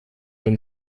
been